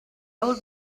old